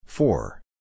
Four